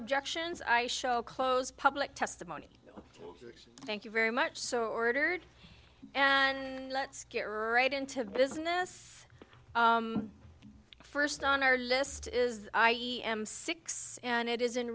objections i show close public testimony thank you very much so ordered and let's get right into the business first on our list is i am six and it is in